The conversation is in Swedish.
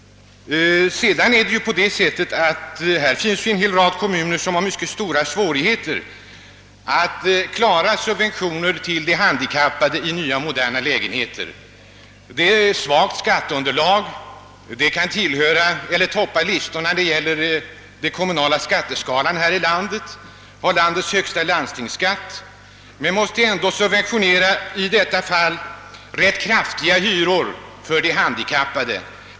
Det finns en rad kommuner som har mycket stora svårigheter att utbetala subventioner till de handikappade i nya moderna lägenheter; skatteunderlaget är svagt, kommunerna kan toppa listorna när det gäller den kommunala skatteskalan här i landet och kan ha landets högsta landstingsskatt, men trots detta subventionerar de rätt kraftigt hyrorna för de handikappade.